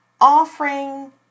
offering